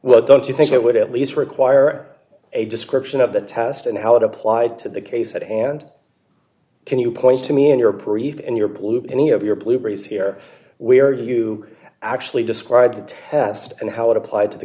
well don't you think it would at least require a description of the test and how it applied to the case at hand can you point to me in your brief in your d blue any of your blueberries here where you actually described the test and how it applied to the